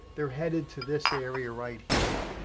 they're headed to this area right here,